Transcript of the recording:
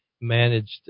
managed